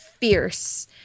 fierce